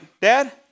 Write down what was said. dad